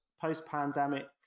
post-pandemic